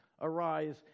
arise